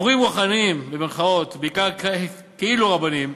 "מורים רוחניים", בעיקר כאילו-רבנים,